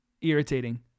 irritating